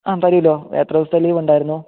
ആ തരുമല്ലോ എത്ര ദിവസത്തെ ലീവ് ഉണ്ടായിരുന്നു